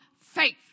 faith